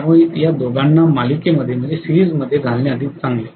त्यामुळे या दोघाना मालिकांमधे किंवा सीरिजमध्ये घालणे अधिक चांगले